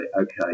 okay